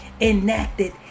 enacted